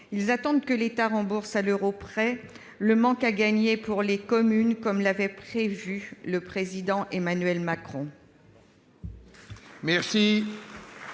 Ils entendent que l'État rembourse à l'euro près le manque à gagner pour les communes, comme l'avait promis le président Emmanuel Macron.